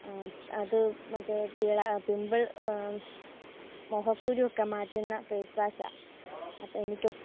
അത് മറ്റേതിലെ പിംപിൾ മുഖക്കുരു ഒക്കെ മാറ്റുന്ന ഫേസ്വാഷാണ് അപ്പോൾ എനിക്കൊ